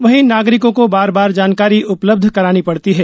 वहीं नागरिकों बार बार जानकारी उपलब्ध करानी पड़ती है